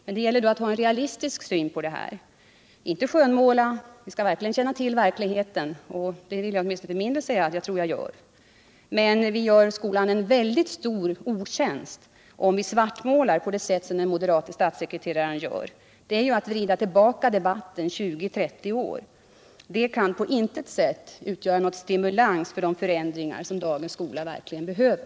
Men det gäller då att ha en realistisk syn på detta och inte skönmåla — vi skall ordentligt känna till verkligheten, och det vill jag åtminstone för min del säga att jag gör. Men det viktigaste för dagen är att man gör skolan en stor otjänst om man svartmålar på det sätt som den moderate statssekreteraren gör. Det är att vrida debatten 20-30 år tillbaka. Det kan på intet sätt utgöra någon stimulans till de förändringar som dagens skola verkligen behöver.